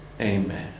Amen